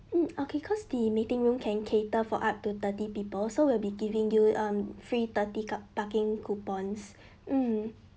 mm okay cause the meeting room can cater for up to thirty people so we'll be giving you um free thirty car parking coupons mm